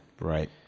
Right